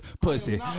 Pussy